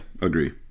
agree